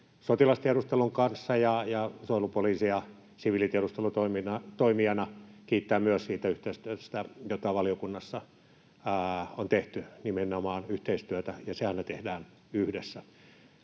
sotilastiedustelun kanssa, ja myös suojelupoliisia siviilitiedustelutoimijana yhteistyöstä, jota valiokunnassa on tehty, nimenomaan yhteistyöstä, se aina tehdään yhdessä.